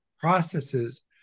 processes